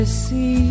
see